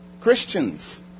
Christians